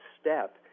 step